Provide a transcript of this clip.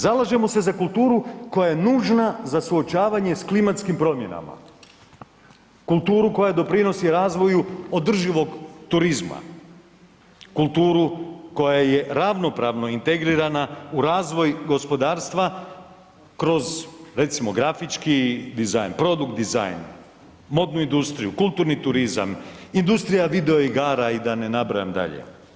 Zalažemo se za kulturu koja je nužna za suočavanje s klimatskim promjenama, kulturu koja doprinosi razvoju održivog turizma, kulturu koja je ravnopravno integrirana u razvoj gospodarstva kroz recimo grafički dizajn, produkt dizajn, modnu industriju, kulturni turizam, industrija video igara i da ne nabrajam dalje.